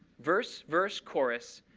verse, verse, chorus,